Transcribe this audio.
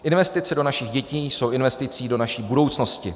Investice do našich dětí jsou investicí do naší budoucnosti.